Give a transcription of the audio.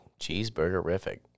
Cheeseburgerific